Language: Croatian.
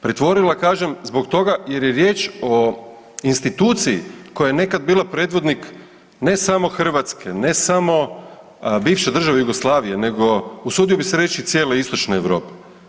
Pretvorila kažem zbog toga jer je riječ o instituciji koja je nekad bila predvodnik ne samo Hrvatske, ne samo bivše države Jugoslavije nego usudio bi se reći cijele istočne Europe.